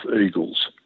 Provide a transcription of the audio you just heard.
eagles